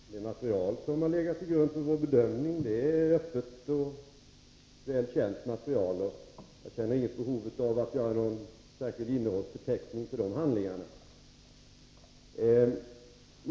Herr talman! Det material som har legat till grund för vår bedömning är öppet och väl känt. Jag känner inte något behov av att göra en särskild innehållsförteckning till de handlingarna.